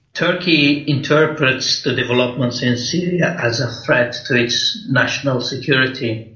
turkey interprets the developments in syria as a threat to its national security,